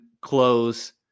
close